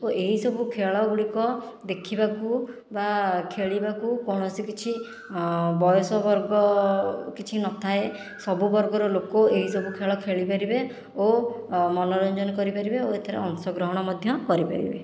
ଓ ଏହି ସବୁ ଖେଳଗୁଡ଼ିକ ଦେଖିବାକୁ ବା ଖେଳିବାକୁ କୌଣସି କିଛି ବୟସ ବର୍ଗ କିଛି ନଥାଏ ସବୁ ବର୍ଗର ଲୋକ ଏହି ସବୁ ଖେଳ ଖେଳିପାରିବେ ଓ ମନୋରଞ୍ଜନ କରିପାରିବେ ଓ ଏଥିରେ ଅଶଂଗ୍ରହଣ ମଧ୍ୟ କରିପାରିବେ